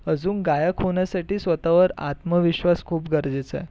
अजून गायक होण्यासाठी स्वतःवर आत्मविश्वास खूप गरजेचा आहे